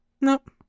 Nope